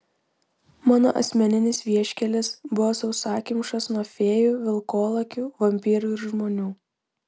mano asmeninis vieškelis buvo sausakimšas nuo fėjų vilkolakių vampyrų ir žmonių